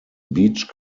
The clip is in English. beach